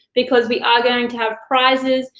because we are going to have prizes,